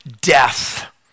death